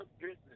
business